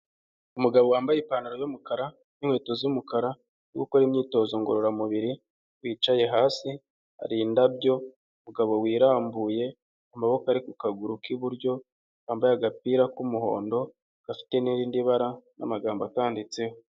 Umugabo wambaye ipantaro y'umukara n'inkweto z'umukara, uri gukora imyitozo ngororamubiri, wicaye hasi, hari indabyo, umugabo wirambuye, amaboko ari ku kaguru k'iburyo, wambaye agapira k'umuhondo, gafite n'irindi bara, n'amagambo akanditseho.